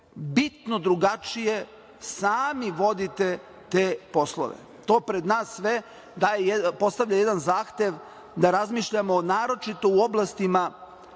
bitno drugačije sami vodite te poslove. To pred nas sve postavlja jedan zahtev da razmišljamo naročito u oblastima